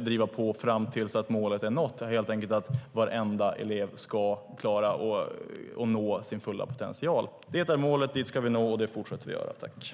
driva på tills målet är nått. Varenda elev ska nå sin fulla potential. Det är målet. Dit ska vi nå. Det fortsätter vi att arbeta för.